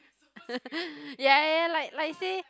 ya ya ya like like say